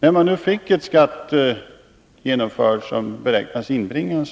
När man nu får en skatt genomförd som beräknas inbringa